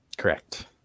correct